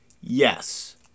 Yes